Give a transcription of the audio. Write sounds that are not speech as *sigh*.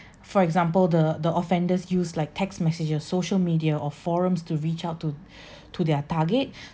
for example the the offenders use like text messages social media or forums to reach out to *breath* to their target